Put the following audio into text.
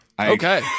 Okay